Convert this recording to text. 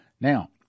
Now